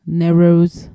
narrows